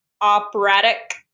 operatic